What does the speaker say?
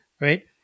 right